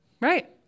Right